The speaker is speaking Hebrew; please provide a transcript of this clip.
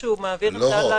כשהוא מעביר עמדה,